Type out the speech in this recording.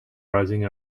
rising